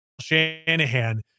Shanahan